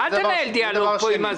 אל תנהל פה דיאלוג.